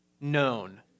known